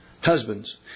Husbands